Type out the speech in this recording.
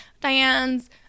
Diane's